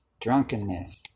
drunkenness